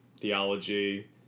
theology